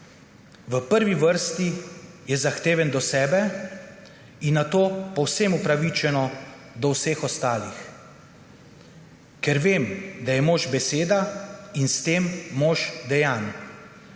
V prvi vrsti je zahteven do sebe in nato povsem upravičeno do vseh ostalih. Ker vem, da je mož beseda in s tem mož dejanj.